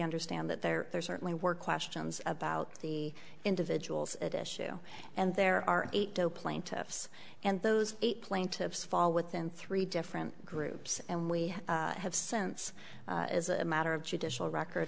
understand that there are there certainly were questions about the individuals at issue and there are eight zero plaintiffs and those eight plaintiffs fall within three different groups and we have sense as a matter of judicial record